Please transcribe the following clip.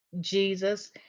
Jesus